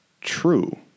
true